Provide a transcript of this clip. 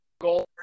goal